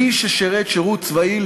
מי ששירת שירות צבאי,